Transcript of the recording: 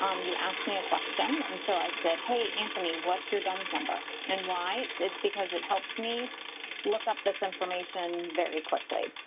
um you asked me a question. and so i said, hey, anthony, what's your duns number? and why it's because it helps me look up this information very quickly.